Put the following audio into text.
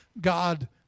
God